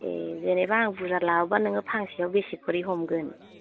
ए जेनेबा आं बुरजा लाबोबा नोङो फांसेयाव बेसेख'रि हमगोन